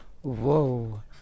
Whoa